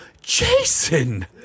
Jason